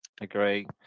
Agree